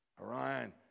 Orion